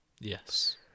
Yes